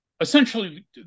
essentially